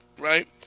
right